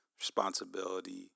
responsibility